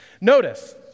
Notice